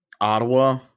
Ottawa